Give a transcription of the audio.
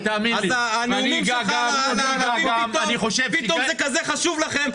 אז הנאומים שלך על הערבים פתאום זה כזה חשוב לכם,